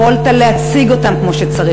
יכולת להציג אותם כמו שצריך,